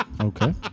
Okay